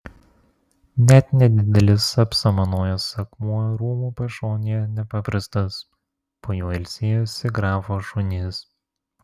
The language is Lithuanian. net nedidelis apsamanojęs akmuo rūmų pašonėje nepaprastas po juo ilsėjosi grafo šunys